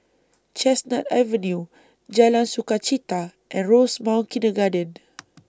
Chestnut Avenue Jalan Sukachita and Rosemount Kindergarten